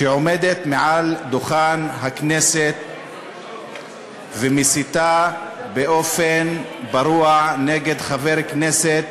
עומדת על דוכן הכנסת ומסיתה באופן פרוע נגד חבר כנסת,